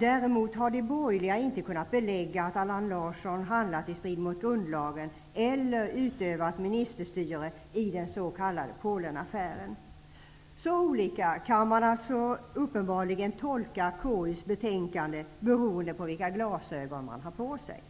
''Däremot har de borgerliga inte kunnat belägga att Allan Larsson handlat i strid mot grundlagen eller utövat ministerstyre i den så kallade Polenaffären.'' Så olika kan man uppenbarligen tolka KU:s betänkande beroende på vilka glasögen man har på sig.